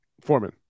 Foreman